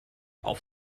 auf